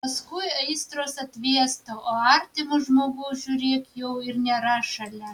paskui aistros atvėsta o artimo žmogaus žiūrėk jau ir nėra šalia